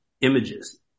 images